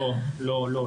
לא, לא.